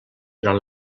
durant